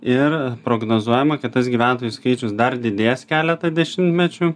ir prognozuojama kad tas gyventojų skaičius dar didės keletą dešimtmečių